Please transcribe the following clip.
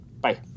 bye